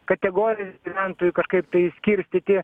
kategorijas gyventojų kažkaip tai išskirstyti